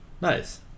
Nice